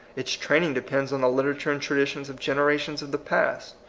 its training depends on the liter ature and traditions of generations of the past.